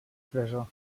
presó